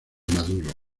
maduro